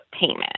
payment